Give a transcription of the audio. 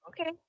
Okay